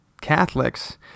Catholics